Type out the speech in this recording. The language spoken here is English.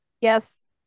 yes